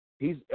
hes